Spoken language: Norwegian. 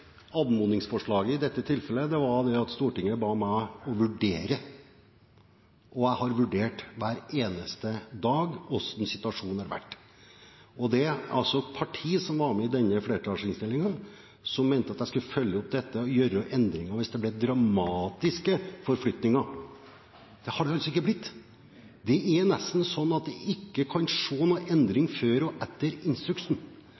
Anmodningsforslaget var i dette tilfellet at Stortinget ba meg vurdere, og hver eneste dag har jeg vurdert hvordan situasjonen har vært. Det er altså et parti som var med i denne flertallsinnstillingen, som mente at jeg skulle følge opp dette og gjøre endringer hvis det ble dramatiske forflytninger. Det har det altså ikke blitt. Det er nesten sånn at en ikke kan se noen endring før og etter instruksen.